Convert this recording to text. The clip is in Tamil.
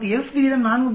நமக்கு F விகிதம் 4